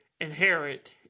Inherit